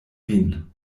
vin